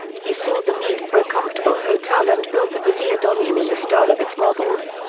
he saw the need for a comfortable hotel and built the poseidonion in the style of its models,